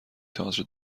تئاتر